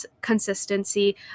consistency